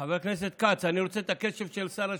חבר הכנסת כץ, אני רוצה את הקשב של שר השיכון.